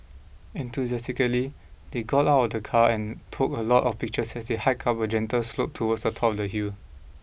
enthusiastically they got out of the car and took a lot of pictures as they hiked up a gentle slope towards the top of the hill